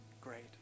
Great